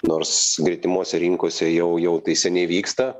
nors gretimose rinkose jau jau tai seniai vyksta